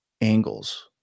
angles